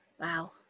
Wow